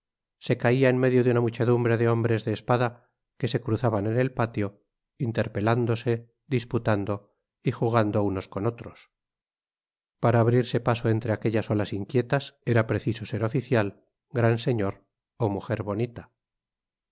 se caia en medio de una muchedumbre de hombres de espada que se cruzaban en el patio interpelándose disputando y jugando unos con otros para abrirse paso entre aquellas olas inquietas era preciso ser oficial gran señor ó mujer bonita